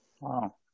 Wow